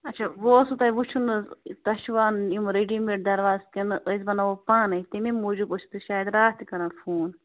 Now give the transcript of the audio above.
اَچھا وۄنۍ اوسوُ تۄہہِ وٕچھُن حظ تۄہہِ چھُِو اَنُن یِم ریٚڈی میڈ درواز کِنہٕ أسۍ بناوو پانَے تَمے موٗجوٗب ٲسوٕ تۄہہِ شاید راتھ تہِ کَران فون